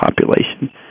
population